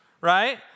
Right